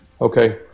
okay